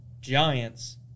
Giants